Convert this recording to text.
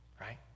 right